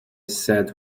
said